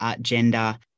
gender